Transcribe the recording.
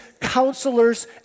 counselors